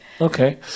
Okay